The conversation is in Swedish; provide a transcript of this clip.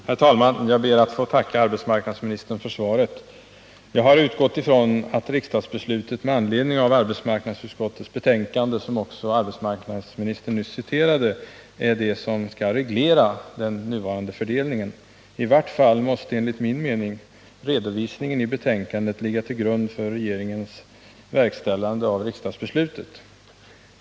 Herr talman! Jag ber att få tacka arbetsmarknadsministern för svaret på min fråga. Jag har utgått från att riksdagsbeslutet med anledning av det betänkande från arbetsmarknadsutskottet som arbetsmarknadsministern nyss citerade ur är det som skall reglera den nuvarande fördelningen. I vart fall måste enligt min mening redovisningen i betänkandet ligga till grund för regeringens verkställande av riksdagsbeslutet.